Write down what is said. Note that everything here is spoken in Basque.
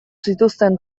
zituzten